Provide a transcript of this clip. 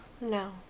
No